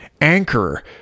anchor